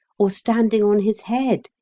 or standing on his head,